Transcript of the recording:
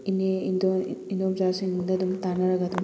ꯏꯅꯦ ꯏꯟꯗꯣꯜ ꯏꯗꯣꯝꯆꯥꯁꯤꯡꯗ ꯑꯗꯨꯝ ꯇꯥꯅꯔꯒ ꯑꯗꯨꯝ